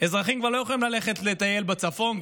אזרחים כבר לא יכולים ללכת לטייל בצפון,